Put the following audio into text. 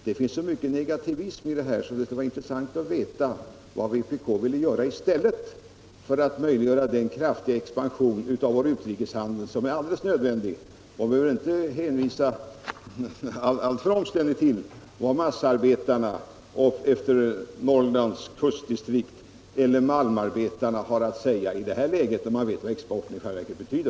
Det finns så mycket negativism i vpk:s motion och herr Israelssons inlägg att det skulle vara intressant att veta vad vpk i stället ville göra för att möjliggöra den kraftiga expansion av vår utrikeshandel som är alldeles nödvändig. Man behöver inte hänvisa alltför omständligt till vad massaarbetarna i Norrlands kustdistrikt — eller malmarbetarna — har att säga i det här läget, när alla påtagligt upplever vad exporten i själva verket betyder.